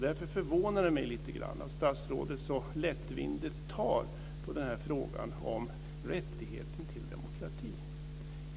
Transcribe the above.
Det förvånar mig lite grann att statsrådet tar så lättvindigt på frågan om rättigheten till demokrati.